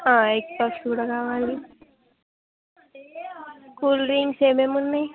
egg puffs కూడా కావాలి cool drinks ఏమేమి ఉన్నాయి